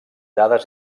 dades